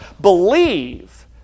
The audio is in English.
believe